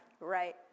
right